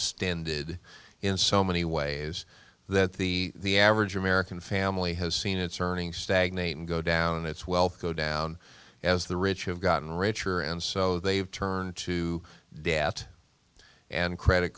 stand it in so many ways that the average american family has seen its earning stagnate and go down and its wealth go down as the rich have gotten richer and so they've turned to debt and credit